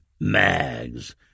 Mags